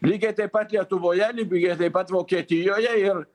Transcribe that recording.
lygiai taip pat lietuvoje lygiai taip pat vokietijoje ir